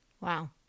Wow